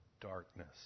darkness